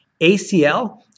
ACL